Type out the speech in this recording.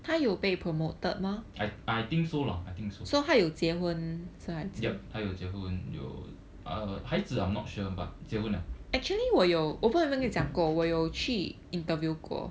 I I think so lah I think so yup 他有结婚有 uh 孩子 I'm not sure but 结婚 liao